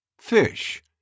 Fish